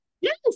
Yes